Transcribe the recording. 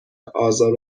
آزار